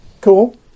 Cool